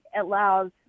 allows